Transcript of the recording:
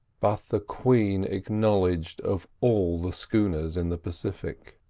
but the queen, acknowledged of all the schooners in the pacific.